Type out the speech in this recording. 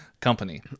company